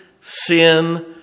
sin